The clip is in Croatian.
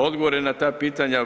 Odgovore na ta pitanja